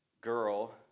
girl